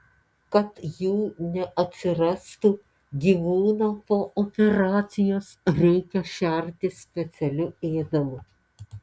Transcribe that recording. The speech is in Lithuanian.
kad jų neatsirastų gyvūną po operacijos reikia šerti specialiu ėdalu